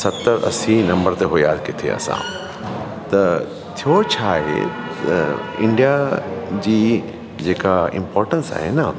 सतरि असी नम्बर ते हुया किथे असां त थियो छाहे इंडिया जी जेका इंपोर्टेंस आहे न